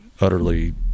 utterly